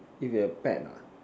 if you have pet ah